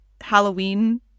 Halloween